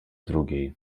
drugiej